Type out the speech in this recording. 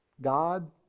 God